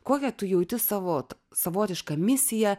kokią tu jauti savo t savotišką misiją